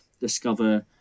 discover